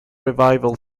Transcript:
revival